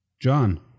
John